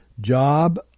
job